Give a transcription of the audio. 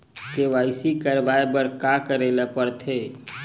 KYC करवाय बर का का करे ल पड़थे?